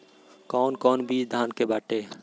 कौन कौन बिज धान के बाटे?